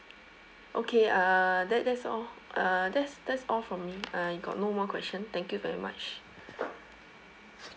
okay uh that that's all uh that's that's all from me uh I got no more question thank you very much